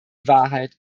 wahrheit